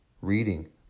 reading